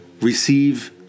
receive